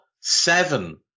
seven